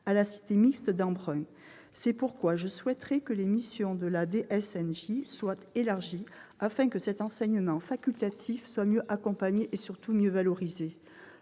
à la cité mixte d'Embrun. C'est pourquoi je souhaiterais que les missions de la DSNJ soient élargies afin que cet enseignement facultatif soit mieux accompagné et, surtout, mieux valorisé.